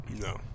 No